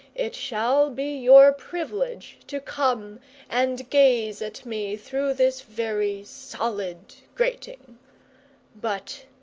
it shall be your privilege to come and gaze at me through this very solid grating but